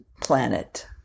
planet